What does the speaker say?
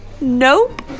Nope